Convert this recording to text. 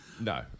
no